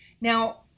Now